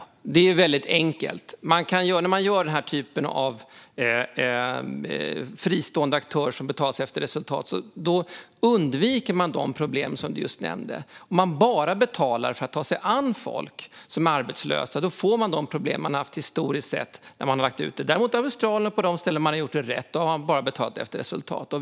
Fru talman! Det är väldigt enkelt. När man har den här typen av fristående aktörer som betalas efter resultat undviker man de problem som du just nämnde, Ali Esbati. Om man betalar bara för att ta sig an folk som arbetslösa får man de problem man har haft historiskt sett när man har lagt ut det. Däremot har man i Australien och på de ställen där man har gjort det rätt bara betalat efter resultat.